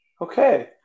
Okay